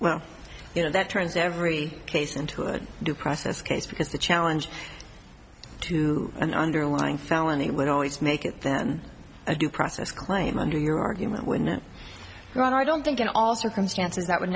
well you know that turns every place into a due process case because the challenge to an underlying felony would always make it then a due process claim under your argument when it wrote i don't think in all circumstances that would